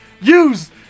use